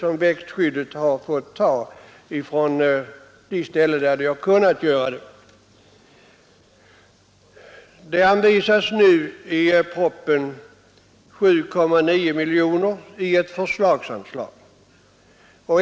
I propositionen föreslås nu ett förslagsanslag på 7,9 miljoner kronor.